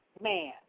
man